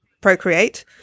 procreate